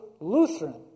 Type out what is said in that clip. Lutheran